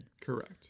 Correct